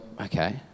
okay